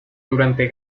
durante